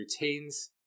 routines